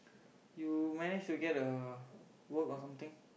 you manage to get a work or something